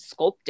sculpting